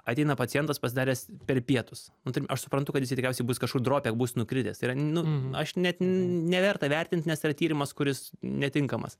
ateina pacientas pasidaręs per pietus nu tai aš suprantu kad jisai tikriausiai bus kažkur drope bus nukritęs tai yra nu aš net neverta vertint nes yra tyrimas kuris netinkamas